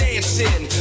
Dancing